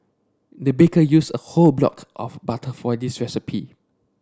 the baker used a whole block of butter for this recipe